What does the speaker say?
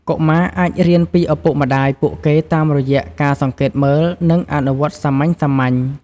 កុមារអាចរៀនពីឪពុកម្ដាយពួកគេតាមរយៈការសង្កេតមើល និងអនុវត្តសាមញ្ញៗ។